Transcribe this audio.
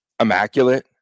immaculate